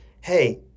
hey